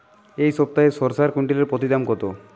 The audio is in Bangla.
এই সপ্তাহে সরিষার কুইন্টাল প্রতি দাম কত?